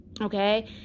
okay